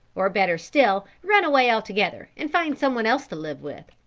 or better still, run away altogether and find someone else to live with.